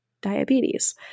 diabetes